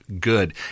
good